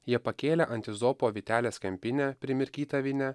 jie pakėlė ant yzopo vytelės kempinę primirkytą vyne